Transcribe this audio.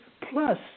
Plus